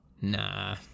Nah